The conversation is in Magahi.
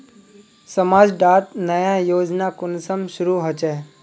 समाज डात नया योजना कुंसम शुरू होछै?